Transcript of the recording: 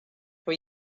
for